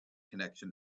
connection